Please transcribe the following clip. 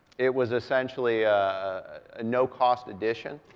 it was essentially a no-cost addition,